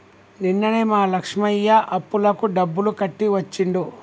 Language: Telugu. నిన్ననే మా లక్ష్మయ్య అప్పులకు డబ్బులు కట్టి వచ్చిండు